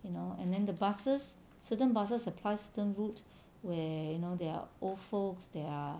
you know and then the buses certain buses apply certain route where you know there are old folks there